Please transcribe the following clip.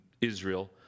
Israel